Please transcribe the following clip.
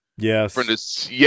Yes